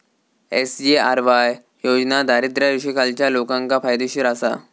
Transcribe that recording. SGRY योजना दारिद्र्य रेषेखालच्या लोकांका फायदेशीर आसा